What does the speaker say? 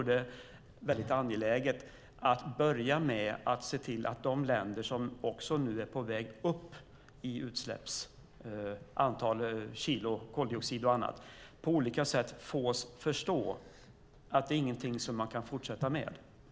Det är väldigt angeläget att börja med att se till att de länder som nu är på väg upp i utsläpp - mätt i antal kilo koldioxid och annat - på olika sätt fås att förstå att det inte är någonting som de kan fortsätta med.